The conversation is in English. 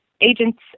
agents